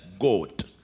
goat